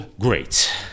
great